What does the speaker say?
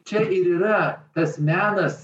čia ir yra tas menas